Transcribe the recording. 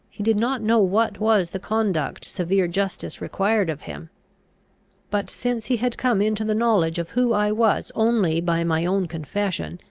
he did not know what was the conduct severe justice required of him but, since he had come into the knowledge of who i was only by my own confession,